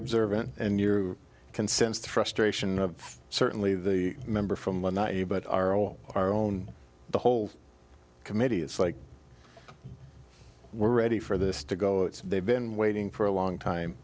observant and you can sense thrust ration of certainly the member from you but are all our own the whole committee is like we're ready for this to go they've been waiting for a long time